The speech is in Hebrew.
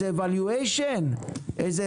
אולי זה